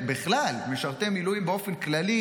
בכלל משרתי מילואים באופן כללי,